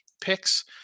picks